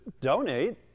donate